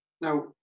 Now